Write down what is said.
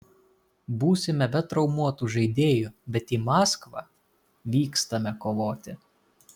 būsime be traumuotų žaidėjų bet į maskvą vykstame kovoti